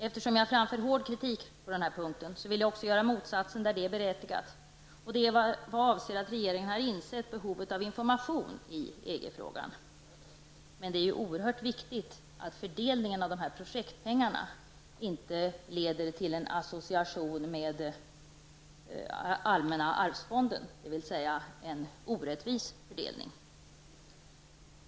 Eftersom jag framför hård kritik på den här punkten vill jag också göra motsatsen där det är berättigat. Det gäller att regeringen har insett behovet av information i EG-frågan, men det är oerhört viktigt att fördelningen av dessa projektpengar inte leder till en association med allmänna arvsfonden, dvs. en orättvis fördelning.